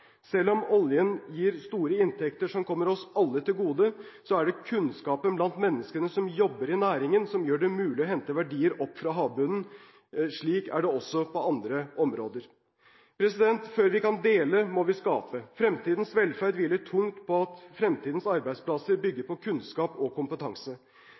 Selv om oljen gir store inntekter som kommer oss alle til gode, er det kunnskapen blant menneskene som jobber i næringen, som gjør det mulig å hente verdier opp fra havbunnen. Slik er det også på andre områder. Før vi kan dele, må vi skape. Fremtidens velferd hviler tungt på at fremtidens arbeidsplasser bygger på kunnskap og kompetanse.